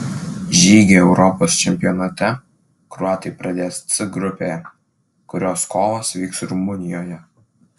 žygį europos čempionate kroatai pradės c grupėje kurios kovos vyks rumunijoje